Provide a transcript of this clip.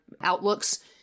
outlooks